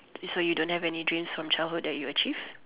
so you don't have any dreams from childhood that you achieve